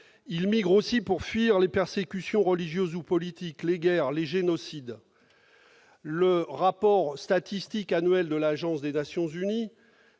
Ils migrent aussi pour fuir les persécutions religieuses ou politiques, les guerres, les génocides. Le rapport statistique annuel de l'Agence des Nations unies